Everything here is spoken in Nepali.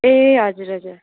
ए हजुर हजुर